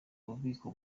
ububiko